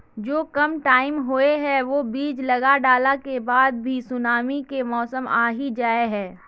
जो कम टाइम होये है वो बीज लगा डाला के बाद भी सुनामी के मौसम आ ही जाय है?